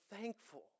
thankful